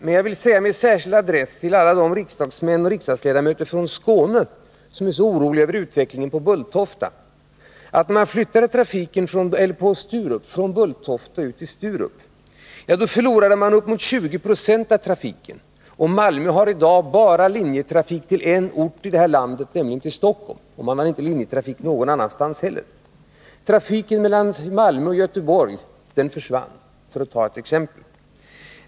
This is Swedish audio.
Men jag vill säga, med särskild adress till alla de riksdagsledamöter från Skåne som är så oroliga för utvecklingen på Sturup, att när man flyttade trafiken från Bulltofta till Sturup förlorade man uppemot 20 96 av trafiken. Malmö har i dag bara linjetrafik till en ort i landet, nämligen Stockholm. Man har inte linjetrafik någon annanstans heller. Trafiken mellan Malmö och Göteborg försvann — för att ta ett exempel.